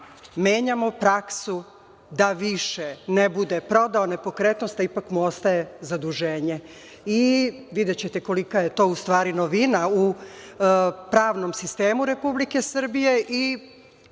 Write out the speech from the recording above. menjamo praksu da više ne bude prodao nepokretnost, a ipak mu ostaje zaduženje. Videćete kolika je to novina u pravnom sistemu Republike Srbije